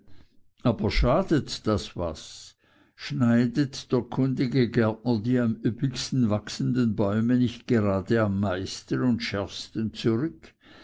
aber schadet das was schneidet der kundige gärtner die am üppigsten wachsenden bäume nicht gerade am meisten und schärfsten zurück